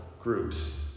groups